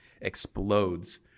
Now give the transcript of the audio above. explodes